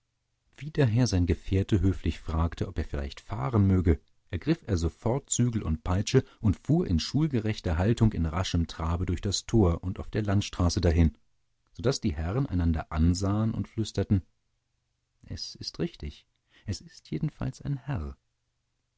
wie daher sein gefährte höflich fragte ob er vielleicht fahren möge ergriff er sofort zügel und peitsche und fuhr in schulgerechter haltung in raschem trabe durch das tor und auf der landstraße dahin so daß die herren einander ansahen und flüsterten es ist richtig es ist jedenfalls ein herr